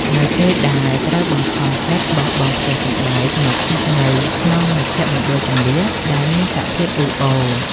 នៅពេលដែលត្រូវបង្ខំចិត្តបោះបង់ផ្ទះសម្បែងមកស្នាក់នៅក្នុងមជ្ឈមណ្ឌលជម្លៀសដែលមានសភាពអ៊ូអរ។